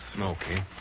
Okay